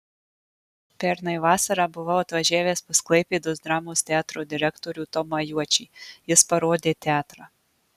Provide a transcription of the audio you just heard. pernai vasarą buvau atvažiavęs pas klaipėdos dramos teatro direktorių tomą juočį jis parodė teatrą